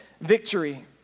victory